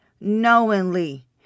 knowingly